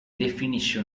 definisce